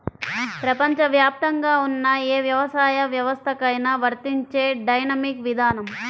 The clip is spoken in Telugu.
ప్రపంచవ్యాప్తంగా ఉన్న ఏ వ్యవసాయ వ్యవస్థకైనా వర్తించే డైనమిక్ విధానం